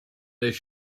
this